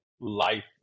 life